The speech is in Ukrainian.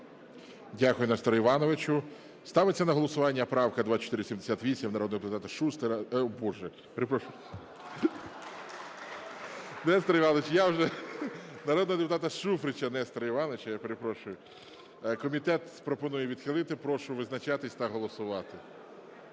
Дякую, Несторе Івановичу. Ставиться на голосування правка 2480 народного депутата Шуфрича. Комітет пропонує відхилити. Прошу визначатись та голосувати.